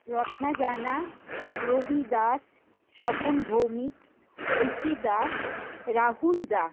Ratna Jana Rabi Das Swapan Bhowmik Oishi Das Rahul Das